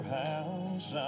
house